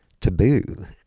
taboo